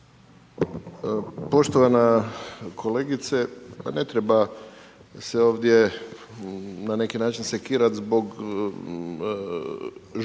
Poštovana kolegice, ne treba se ovdje na neki način sekirati zbog žustre